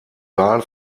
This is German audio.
wahl